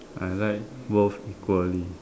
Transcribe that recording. I like both equally